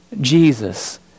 Jesus